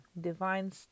divine